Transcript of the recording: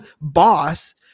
boss